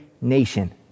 nation